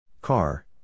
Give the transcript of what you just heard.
Car